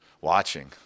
watching